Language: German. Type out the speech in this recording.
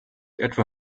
etwa